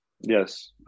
Yes